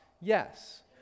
yes